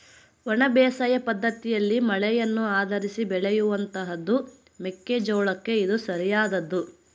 ಒಣ ಬೇಸಾಯ ಪದ್ದತಿಯಲ್ಲಿ ಮಳೆಯನ್ನು ಆಧರಿಸಿ ಬೆಳೆಯುವಂತಹದ್ದು ಮೆಕ್ಕೆ ಜೋಳಕ್ಕೆ ಇದು ಸರಿಯಾದದ್ದು